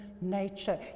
nature